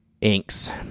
inks